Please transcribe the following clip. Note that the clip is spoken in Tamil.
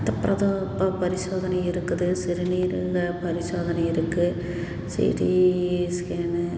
இரத்த ப்ரதோ ப பரிசோதனை இருக்குது சிறுநீரக பரிசோதனை இருக்குது சிடி ஸ்கேனு